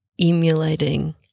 emulating